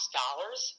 dollars